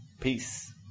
Peace